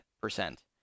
percent